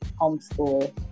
homeschool